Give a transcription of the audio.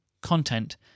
content